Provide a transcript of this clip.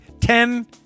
Ten